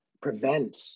prevent